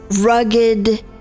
rugged